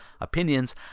opinions